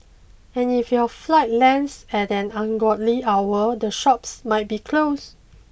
and if your flight lands at an ungodly hour the shops might be closed